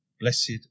Blessed